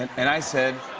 and i said.